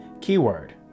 keyword